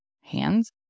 hands